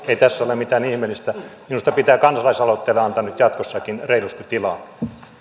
ei tässä ole mitään ihmeellistä minusta pitää kansalaisaloitteille antaa nyt jatkossakin reilusti tilaa